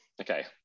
Okay